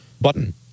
button